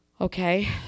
Okay